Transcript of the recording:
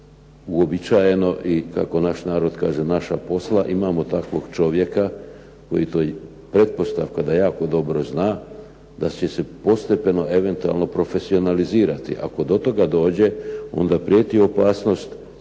uobičajeno i kako naš narod kaže naša posla, imamo takvog čovjeka koji pretpostavka da jako dobro zna da će se postepeno profesionalizirati. Ako do toga dođe, onda prijeti opasnost